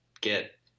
get